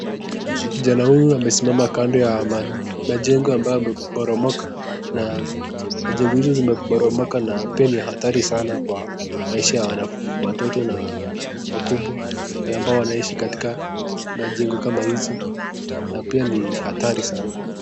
Kijana huyu amesimama kando ya mjengo ambaye imeboromoka na machengo hizi zimeboromo na ni hadari sana kwa maisha ya watu na wakubwa na wale ambao wanaishi katika machengo kama hizi na pia ni hadaru sana.